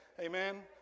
Amen